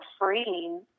freeing